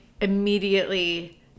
immediately